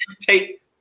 take